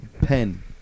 pen